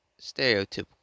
Stereotypical